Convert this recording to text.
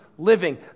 living